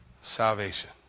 salvation